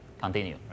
continue